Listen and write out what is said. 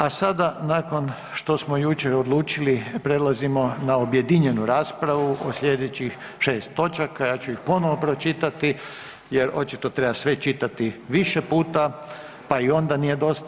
A sada nakon što smo jučer odlučili prelazimo na objedinjenu raspravu o slijedećih 6 točaka, ja ću ih ponovo pročitati jer očito treba sve čitati više puta, pa i onda nije dosta.